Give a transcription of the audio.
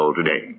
today